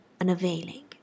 unavailing